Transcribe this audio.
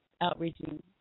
outreaching